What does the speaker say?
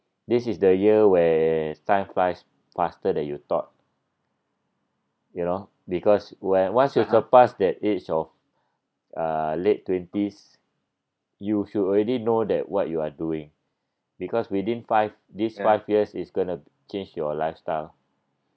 this is the year where time flies faster than you thought you know because where once you surpass that age of uh late twenties you should already know that what you are doing because within five this five years is going to change your lifestyle